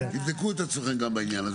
תבדקו את עצמכם גם בעניין הזה.